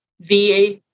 VA